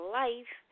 life